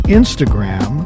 instagram